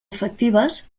efectives